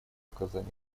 оказанию